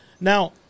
Now